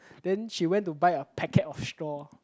then she went to buy a packet of straw